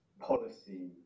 policy